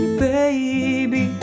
baby